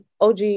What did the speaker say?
OG